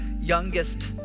youngest